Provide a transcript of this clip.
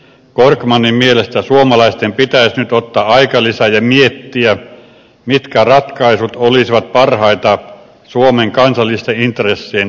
korkmanin mielestä suomalaisten pitäisi nyt ottaa aikalisä ja miettiä mitkä ratkaisut olisivat parhaita suomen kansallisten intressien toteuttamiseksi